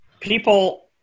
people